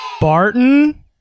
barton